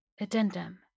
addendum